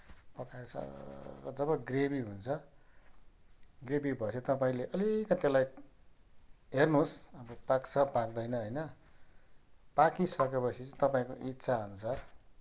पकायो सरर जब ग्रेभी हुन्छ ग्रेभी भएपछि तपाईँले अलिकति त्यसलाई हेर्नुहोस् अब पाक्छ पाक्दैन होइन पाकिसकेपछि चाहिँ तपाईँको इच्छाअनुसार